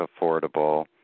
affordable